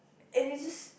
and it's just